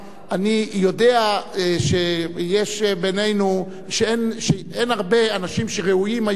יודע שבינינו אין הרבה אנשים שהיו ראויים